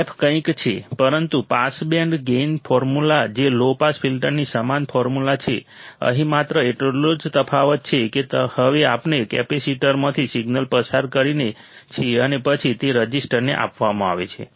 f કંઈક છે પરંતુ પાસ બેન્ડ ગેઈન ફોર્મ્યુલા જે લો પાસ ફિલ્ટરની સમાન ફોર્મ્યુલા છે અહીં માત્ર એટલો જ તફાવત છે કે હવે આપણે કેપેસિટરમાંથી સિગ્નલ પસાર કરીએ છીએ અને પછી તે રઝિસ્ટરને આપવામાં આવે છે